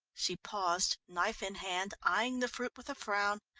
she paused, knife in hand, eyeing the fruit with a frown.